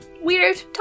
weird